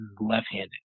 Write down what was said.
left-handed